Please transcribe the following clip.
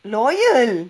loyal